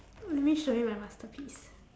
let me show you my masterpiece